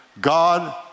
God